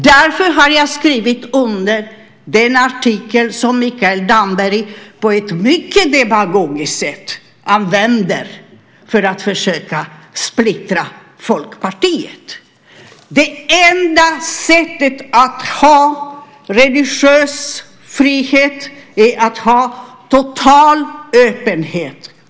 Därför har jag skrivit under den artikel som Mikael Damberg på ett mycket demagogiskt sätt använder för att försöka splittra Folkpartiet. Det enda sättet att ha religiös frihet är att ha total öppenhet.